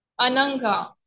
Ananga